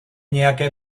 nějaké